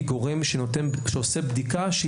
היא גורם שעושה בדיקה.